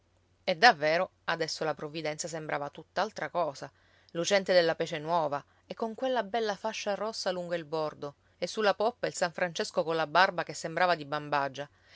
e davvero adesso la provvidenza sembrava tutt'altra cosa lucente della pece nuova e con quella bella fascia rossa lungo il bordo e sulla poppa il san francesco colla barba che sembrava di bambagia